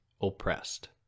oppressed